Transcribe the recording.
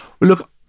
look